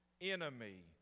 enemy